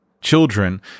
children